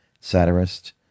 satirist